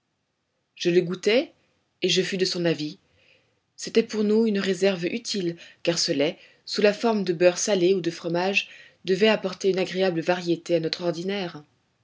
je le goûtai et je fus de son avis c'était donc pour nous une réserve utile car ce lait sous la forme de beurre salé ou de fromage devait apporter une agréable variété à notre ordinaire